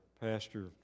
pastor